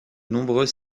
nombreux